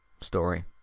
story